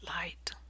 light